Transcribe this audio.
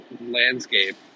landscape